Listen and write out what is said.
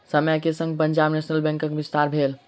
समय के संग पंजाब नेशनल बैंकक विस्तार भेल